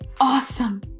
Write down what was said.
awesome